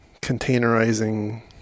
containerizing